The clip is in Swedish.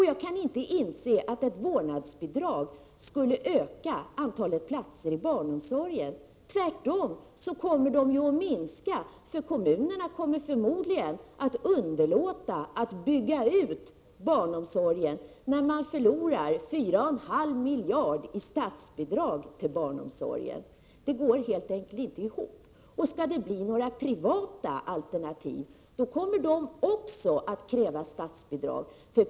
Jag kan inte inse att ett vårdnadsbidrag skulle öka antalet platser i barnomsorgen. Antalet platser kommer tvärtom att minska. Kommunerna kommer förmodligen att underlåta att bygga ut barnomsorgen, eftersom de förlorar 4,5 miljarder av statsbidraget till barnomsorgen. Det går helt enkelt inte ihop. Skall det bli några privata alternativ kommer de också att kräva statsbidrag.